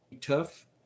tough